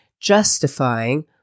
justifying